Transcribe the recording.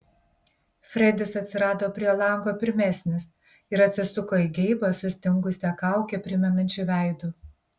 fredis atsirado prie lango pirmesnis ir atsisuko į geibą sustingusią kaukę primenančiu veidu